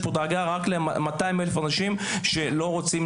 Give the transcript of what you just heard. יש פה דאגה רק ל-200,000 אנשים שלא רוצים